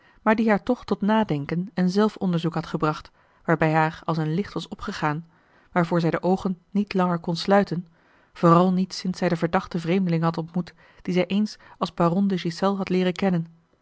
maar die haar toch tot nadenken en zelfonderzoek had gebracht waarbij haar als een licht was opgegaan waarvoor zij de oogen niet langer kon sluiten vooral niet sinds zij den verdachten vreemdeling had ontmoet dien zij eens als baron de ghiselles had leeren kennen